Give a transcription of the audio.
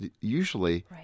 usually